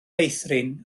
meithrin